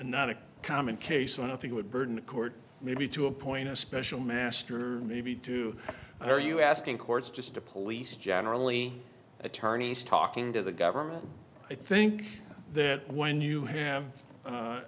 not a common case and i think i would burden a court maybe to appoint a special master maybe two are you asking courts just to police generally attorneys talking to the government i think that when you have